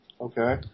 Okay